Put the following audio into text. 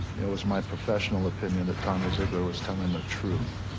it was my professional opinion that tommy zeigler was telling the truth